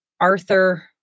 Arthur